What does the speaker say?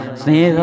Sneha